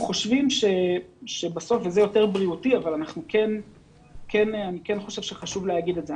יש משהו שהוא יותר בריאותי אבל אני כן חושב שחשוב להגיד את זה.